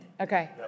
Okay